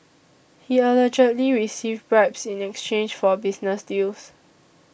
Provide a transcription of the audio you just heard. he allegedly received bribes in exchange for business deals